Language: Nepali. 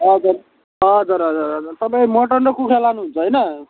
हजुर हजुर हजुर हजुर तपाईँ मटन र कुखुरा लानुहुन्छ होइन